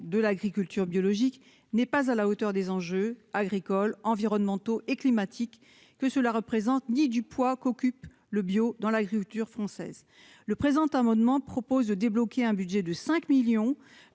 de l'agriculture biologique n'est pas à la hauteur des enjeux agricoles environnementaux et climatiques que cela représente, ni du poids qu'occupe le bio dans l'agriculture française le présent amendement propose de débloquer un budget de 5 millions